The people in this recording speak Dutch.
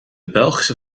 belgische